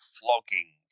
flogging